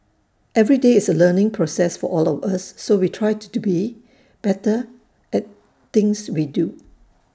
every day is A learning process for all of us so we try to be better at things we do